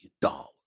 dollars